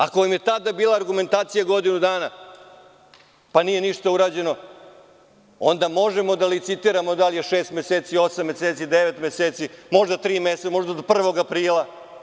Ako vam je tada bila argumentacija godinu dana, pa nije ništa urađeno, onda možemo da licitiramo da li je šest meseci, osam meseci, devet meseci, možda tri meseca, možda do 1. aprila